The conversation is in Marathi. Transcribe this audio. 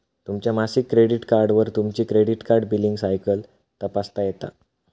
तुमच्या मासिक क्रेडिट कार्डवर तुमची क्रेडिट कार्ड बिलींग सायकल तपासता येता